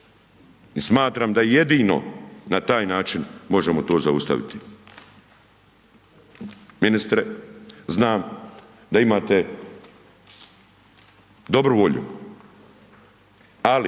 smatram da jedino na taj način možemo to zaustaviti. Ministre, znam, da imate dobru volju, ali